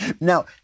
now